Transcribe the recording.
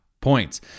points